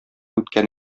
үткән